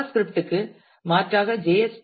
Java ஸ்கிரிப்ட்டுக்கு க்கு மாறாக ஜே